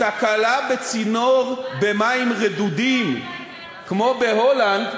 תקלה בצינור במים רדודים כמו בהולנד,